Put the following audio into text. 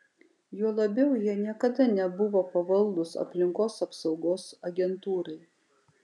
juo labiau jie niekada nebuvo pavaldūs aplinkos apsaugos agentūrai